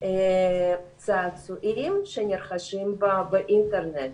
צעצועים שנרכשים באינטרנט.